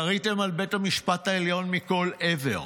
יריתם על בית המשפט העליון מכל עבר,